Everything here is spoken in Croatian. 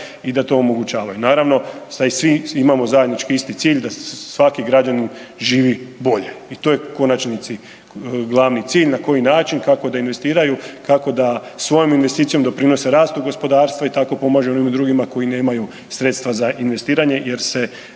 i da to omogućavaju. Naravno da i svi imamo zajednički isti cilj da svaki građanin živi bolje i to je u konačnici glavni cilj na koji način kako da investiraju, kako da svojom investicijom doprinose rastu gospodarstva i tako pomažu onim drugima koji nemaju sredstva za investiranje jer se